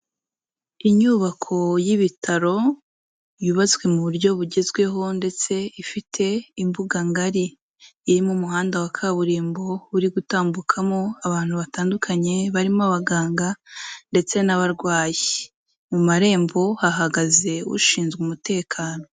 Inyubako y'ibitaro, yubatswe mu buryo bugezweho ndetse ifite imbuganga ngari, irimo umuhanda wa kaburimbo uri gutambukamo abantu batandukanye barimo abaganga ndetse n'abarwayi, mu marembo hahagaze ushinzwe umutekano.